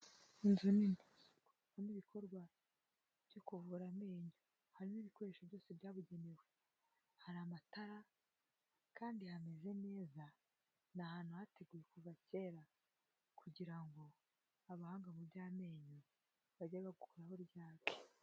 Inzu nini ibi ni ibikorwa byo kuvura amenyo, harimo ibikoresho byose byabugenewe, hari amatara kandi hameze neza ni ahantu hateguwe kuva kera, kugira ngo abahanga mu by'amenyo bajye bakoraho ryake.